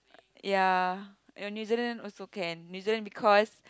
ya New Zealand also can New Zealand because